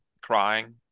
crying